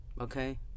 okay